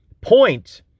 point